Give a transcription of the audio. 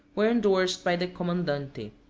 were indorsed by the commandante.